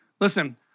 Listen